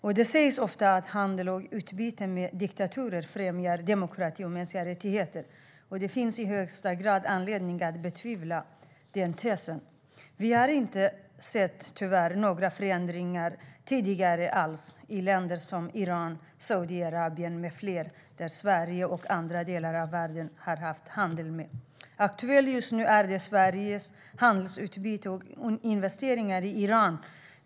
Och det sägs ofta att handel och utbyte med diktaturer främjar demokrati och mänskliga rättigheter, men det finns i högsta grad anledning att betvivla den tesen. Vi har tyvärr inte sett några förändringar alls i länder som Iran, Saudiarabien med flera länder som Sverige och andra länder i världen har haft handel med. Aktuellt just nu är Sveriges handelsutbyte med och investeringar i Iran.